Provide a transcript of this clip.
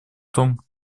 том